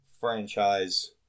franchise